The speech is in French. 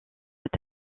cet